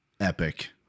epic